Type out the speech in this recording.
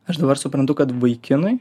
aš dabar suprantu kad vaikinui